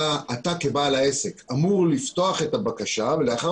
אתה כבעל העסק אמור לפתוח את הבקשה ולאחר